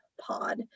pod